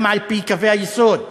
גם על-פי קווי היסוד.